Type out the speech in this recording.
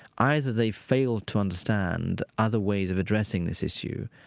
either they fail to understand other ways of addressing this issue,